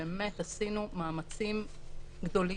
באמת עשינו מאמצים גדולים,